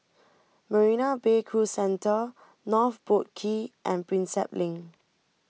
Marina Bay Cruise Centre North Boat Quay and Prinsep Link